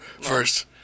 first